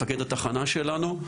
מפקד התחנה שלנו,